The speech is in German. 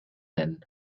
nennen